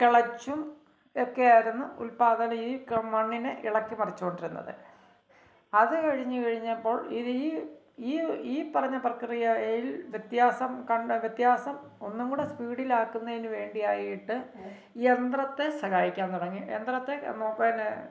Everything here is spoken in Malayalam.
കിളച്ചും ഒക്കെയായിരുന്നു ഈ മണ്ണിനെ ഇളക്കി മറിച്ചുകൊണ്ടിരുന്നത് അത് കഴിഞ്ഞ് കഴിഞ്ഞപ്പോൾ ഇത് ഈ ഈ പറഞ്ഞ പ്രക്രിയയിൽ വ്യത്യാസം വ്യത്യാസം ഒന്നുംകൂടെ സ്പീഡിൽ ആക്കുന്നതിന് വേണ്ടിയായിട്ട് യന്ത്രത്തെ സഹായിക്കാൻ തുടങ്ങി യന്ത്രത്തെ പിന്നെ